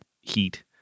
heat